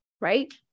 right